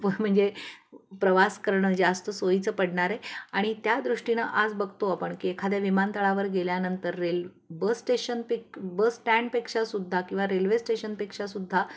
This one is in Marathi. प म्हणजे प्रवास करणं जास्त सोयीचं पडणार आहे आणि त्या दृष्टीनें आज बघतो आपण की एखाद्या विमानतळावर गेल्यानंतर रेल बस स्टेशन पेक बस स्टँडपेक्षा सुद्धा किंवा रेल्वे स्टेशनपेक्षासुद्धा